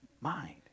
mind